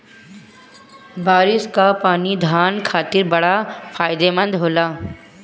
बारिस कअ पानी धान खातिर बड़ा फायदेमंद होला